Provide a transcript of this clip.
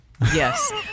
Yes